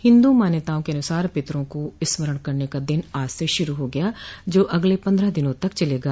हिन्दू मान्यताओं के अनुसार पितरो को स्मरण करने का दिन आज से शुरू हो गया जो अगले पन्द्रह दिनों तक चलेगा